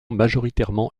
majoritairement